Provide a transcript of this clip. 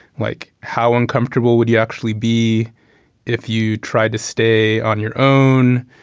like how uncomfortable would you actually be if you tried to stay on your own.